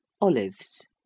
olives